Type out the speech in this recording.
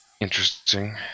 Interesting